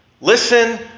listen